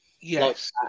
Yes